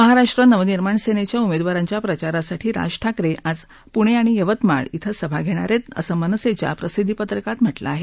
महाराष्ट्र नवनिर्माण सेनेच्या उमेदवारांच्या प्रचारासाठी राज ठाकरे आज पुणे आणि यवतमाळ इथं सभा घेणार आहेत असं मनसेच्या प्रसिद्धीपत्रकात म्हटलं आहे